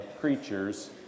creatures